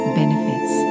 benefits